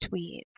tweets